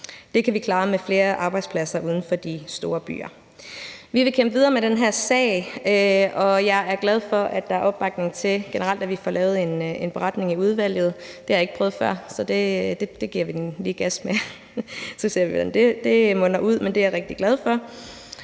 Det kan vi klare med flere arbejdspladser uden for de store byer. Vi vil kæmpe videre med den her sag, og jeg er glad for, at der generelt er opbakning til, at vi får lavet en beretning i udvalget. Det har jeg ikke prøvet før, så det giver vi den lige gas med, og så ser vi, hvad det munder ud i, men det er jeg rigtig glad for,